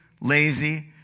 lazy